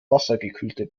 wassergekühlte